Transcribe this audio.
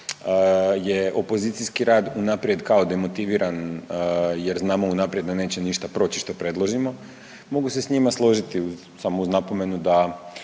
je opozicijski rad unaprijed kao demotiviran jer znamo unaprijed da neće ništa proći što predložimo, mogu se s njima složiti samo uz napomenu da